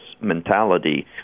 mentality